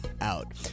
out